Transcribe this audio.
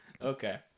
Okay